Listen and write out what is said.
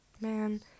man